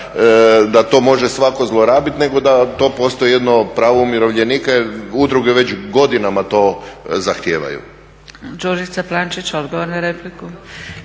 da to može svako zlorabiti nego da to postoji jedno pravo umirovljenika jer udruge već godinama to zahtijevaju.